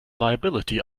liability